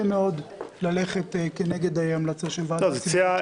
לי מאוד ללכת כנגד המלצה של ועדה ציבורית.